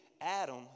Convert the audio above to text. Adam